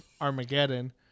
Armageddon